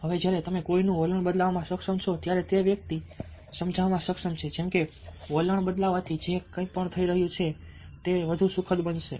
હવે જ્યારે તમે કોઈનું વલણ બદલવામાં સક્ષમ છો ત્યારે તમે તે વ્યક્તિને સમજાવવામાં સક્ષમ છો જેમ કે વલણ બદલવાથી જે કંઈ થઈ રહ્યું હતું તે વધુ સુખદ બનશે